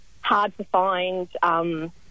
hard-to-find